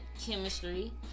chemistry